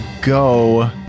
go